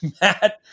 Matt